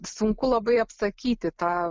sunku labai apsakyti tą